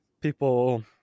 people